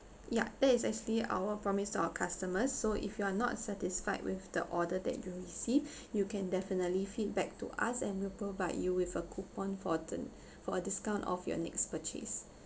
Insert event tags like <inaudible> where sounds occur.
ya that is actually our promise to our customers so if you are not satisfied with the order that you receive <breath> you can definitely feedback to us and we'll provide you with a coupon for the for a discount of your next purchase